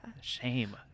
shame